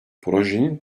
projenin